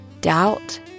doubt